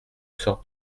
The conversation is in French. sorte